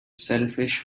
selfish